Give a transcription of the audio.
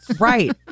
Right